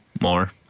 more